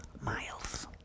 miles